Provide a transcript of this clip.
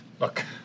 Look